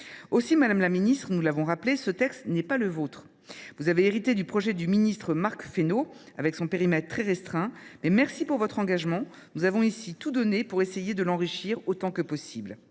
métier. Madame la ministre, nous l’avons rappelé, ce texte n’est pas le vôtre. Vous avez hérité du projet de Marc Fesneau, avec un périmètre très restreint. Nous vous remercions pour votre engagement ; nous avons ici tout donné pour essayer de l’enrichir autant que possible.